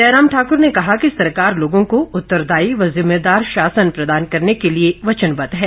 जयराम ठाक्र ने कहा कि सरकार लोगों को उत्तरदायी व जिम्मेदार शासन प्रदान करने के लिए वचनबद्ध है